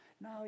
Now